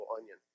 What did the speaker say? onion